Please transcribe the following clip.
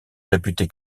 réputé